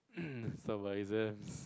so about exam